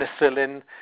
penicillin